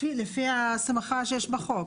לפי הסמכה שיש בחוק,